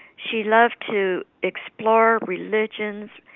she loved to explore religions,